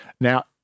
Now